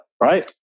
Right